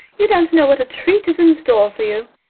you don't know what a treat is in store for you.